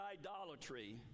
idolatry